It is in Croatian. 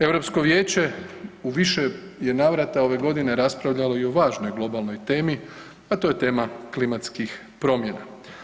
Europsko vijeće u više je navrata ove godine raspravljalo i o važnoj globalnoj temi, a to je tema klimatskih promjena.